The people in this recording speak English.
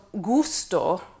gusto